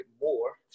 more